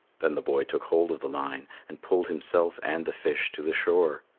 then the boy took hold of the line and pulled himself and the fish to the shore.